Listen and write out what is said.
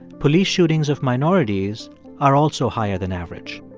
police shootings of minorities are also higher than average.